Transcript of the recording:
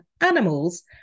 animals